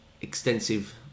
extensive